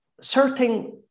certain